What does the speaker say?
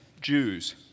Jews